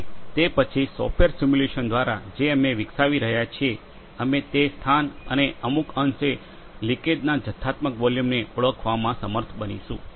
અને તે પછી સોફ્ટવેર સિમ્યુલેશન દ્વારા જે અમે વિકસાવી રહ્યા છીએ અમે તે સ્થાન અને અમુક અંશે લિકેજ ના જથ્થાત્મક વોલ્યુમને ઓળખવામાં સામર્થ બનીશું